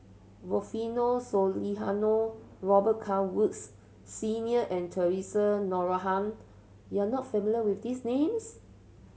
Rufino Robet Carr Woods Senior and Theresa Noronha you are not familiar with these names